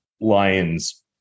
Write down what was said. Lions